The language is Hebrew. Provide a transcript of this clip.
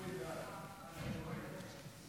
ההצעה להעביר את